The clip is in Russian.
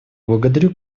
благодарю